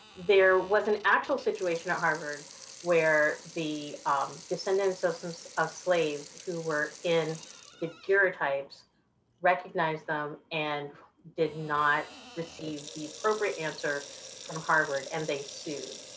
there was an actual situation at harvard where the descendants of so some so of slaves who were in the daguerreotypes recognized them and did not receive the appropriate answer from harvard, and they sued.